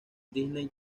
disney